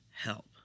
help